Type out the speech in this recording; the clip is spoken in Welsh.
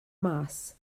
mas